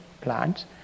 plants